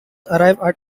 arrived